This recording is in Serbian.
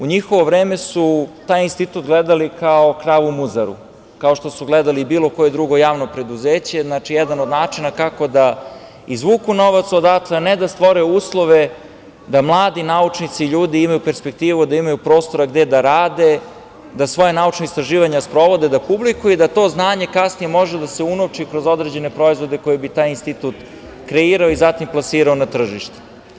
U njihovo vreme taj Institut gledali kao kravu muzaru, kao što su gledali bilo koje drugo javno preduzeće, znači jedan od načina kako da izvuku novac odatle, a ne da stvore uslove da mladi naučnici i ljudi imaju perspektivu, da imaju prostora gde da rade, da svoja naučna istraživanja sprovode, da publikuju i da to znanje kasnije može da se unovči kroz određene proizvode koji bi taj Institut kreirao i zatim plasirao na tržište.